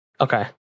Okay